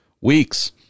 weeks